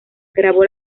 grabó